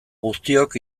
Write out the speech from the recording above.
guztiok